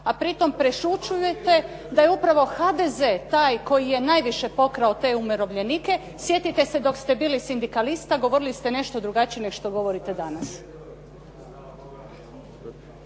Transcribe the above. a pri tom prešućujete da je upravo HDZ taj koji je najviše pokrao te umirovljenike. Sjetite se dok ste bili sindikalista, govorili ste nešto drugačije nego što govorite danas.